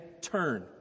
turn